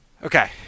Okay